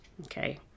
Okay